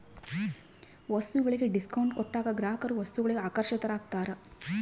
ವಸ್ತುಗಳಿಗೆ ಡಿಸ್ಕೌಂಟ್ ಕೊಟ್ಟಾಗ ಗ್ರಾಹಕರು ವಸ್ತುಗಳಿಗೆ ಆಕರ್ಷಿತರಾಗ್ತಾರ